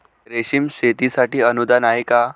रेशीम शेतीसाठी अनुदान आहे का?